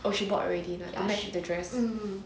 oh she bought already like to match with the dress